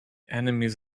enemies